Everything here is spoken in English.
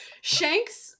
Shanks